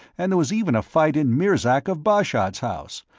and there was even a fight in mirzark of bashad's house,